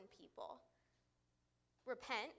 people—repent